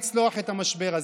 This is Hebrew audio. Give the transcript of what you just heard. לצלוח את המשבר הזה.